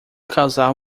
casal